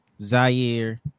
Zaire